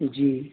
जी